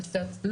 אני מצטערת,